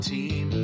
Team